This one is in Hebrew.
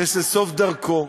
שזה סוף דרכו.